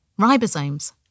ribosomes